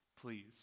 Please